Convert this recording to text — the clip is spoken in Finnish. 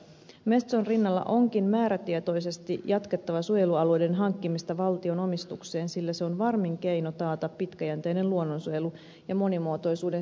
metson rinnalla onkin määrätietoisesti jatkettava suojelualueiden hankkimista valtion omistukseen sillä se on varmin keino taata pitkäjänteinen luonnonsuojelu ja monimuotoisuuden säilyminen